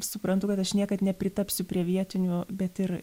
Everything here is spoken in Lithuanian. suprantu kad aš niekad nepritapsiu prie vietinių bet ir